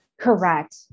Correct